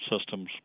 Systems